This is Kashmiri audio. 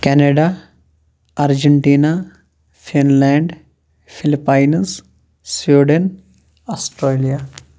Canada Argentina Finland Philippines Sweden Australia